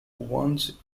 once